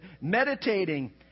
meditating